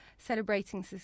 celebrating